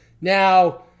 Now